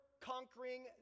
conquering